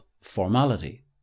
formality